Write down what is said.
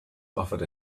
offered